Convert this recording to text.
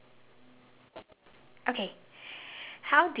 err stories creative thought provoking personal silly